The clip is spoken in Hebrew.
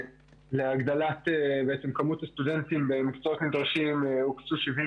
ולייצר מצב חדש שבו